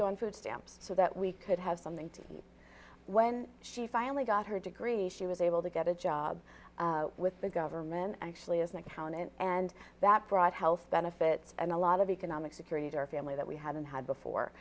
go on food stamps so that we could have something to when she finally got her degree she was able to get a job with the government actually as an accountant and that brought health benefits and a lot of economic security to her family that we haven't had before